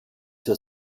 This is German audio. zur